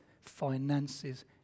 finances